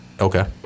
Okay